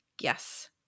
Yes